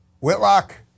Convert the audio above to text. Whitlock